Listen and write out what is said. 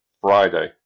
friday